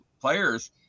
players